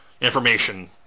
information